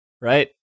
right